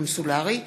קונסולרי,